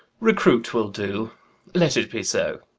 recruit will do let it be so.